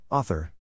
Author